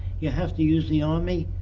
you have to use the army,